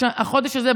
החודש הזה,